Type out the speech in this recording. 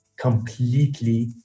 completely